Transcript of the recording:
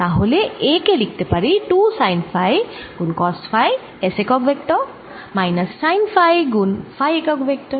তাহলে A কে লিখতে পারি 2 সাইন ফাই গুণ কস ফাই S একক ভেক্টর মাইনাস সাইন ফাই গুণ ফাই একক ভেক্টর